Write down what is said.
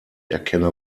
erkenne